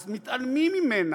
אז מתעלמים ממנה.